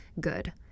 good